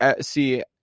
see